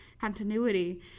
continuity